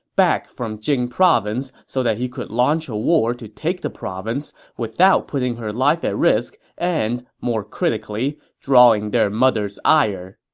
back from jing province so that he could launch a war to take the province without putting her life at risk and, more critically, drawing their mother's ire.